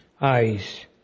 eyes